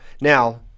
Now